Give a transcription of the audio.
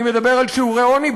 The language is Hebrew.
אני מדבר על שיעורי עוני,